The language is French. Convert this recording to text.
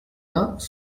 vingts